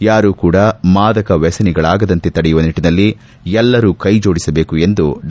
ಯಾರು ಕೂಡ ಮಾದಕ ವ್ಯಸನಿಗಳಾಗದಂತೆ ತಡೆಯುವ ನಿಟ್ಟನಲ್ಲಿ ಎಲ್ಲರೂ ಕೈಜೋಡಿಸಬೇಕು ಎಂದು ಡಾ